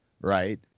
right